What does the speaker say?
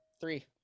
three